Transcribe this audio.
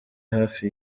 hafi